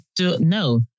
no